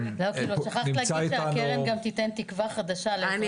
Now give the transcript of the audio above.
שכחת להגיד שהקרן גם תיתן תקוה חדשה לאזרחי ישראל.